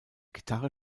gitarre